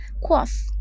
Quoth